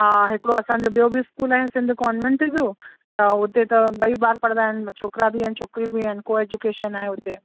हा हिकिड़ो असांजो ॿियो बि स्कूल आहे सिंध कॉन्वेंट जो त हुते त ॿई ॿार पढ़ंदा आहिनि छोकिरा बि आहिनि छोकिरियूं बि आहिनि को एज्यूकेशन आहे हुते